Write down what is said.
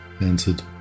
answered